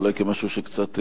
אולי כמשהו שהוא קצת,